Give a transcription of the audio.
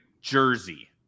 Jersey